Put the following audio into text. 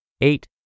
Eight